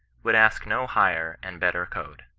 would ask no higher and better code.